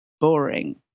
boring